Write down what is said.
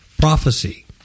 prophecy